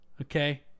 Okay